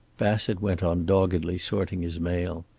bassett went on doggedly sorting his mail.